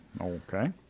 Okay